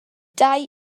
dau